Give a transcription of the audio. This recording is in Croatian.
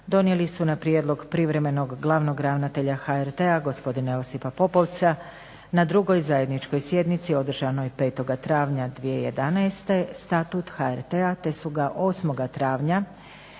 donijeli su na prijedlog privremenog Glavnog ravnatelja HRT-a gospodina Josipa Popovca na drugoj zajedničkoj sjednici održanoj 5. travnja 2011. Statut HRT-a te su ga 8. travnja